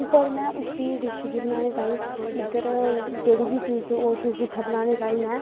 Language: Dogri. पर में उसी डिश गी बनाने तांई जेह्ड़ी बी चीज़ ओह् इत्थें बनानें तांई में